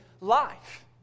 life